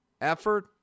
effort